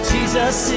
Jesus